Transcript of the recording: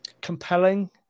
compelling